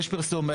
יש פרסום.